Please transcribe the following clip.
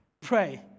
Pray